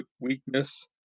weakness